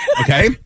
Okay